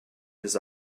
his